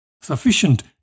sufficient